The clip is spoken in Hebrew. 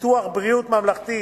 ביטוח בריאות ממלכתי